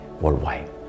worldwide